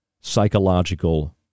psychological